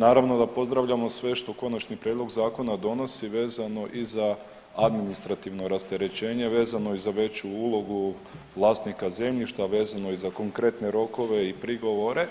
Naravno da pozdravljamo sve što konačni prijedlog zakona donosi vezano i za administrativno rasterećenje vezano i za veću ulogu vlasnika zemljišta, vezano i za konkretne rokove i prigovore,